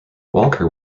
walker